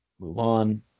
Mulan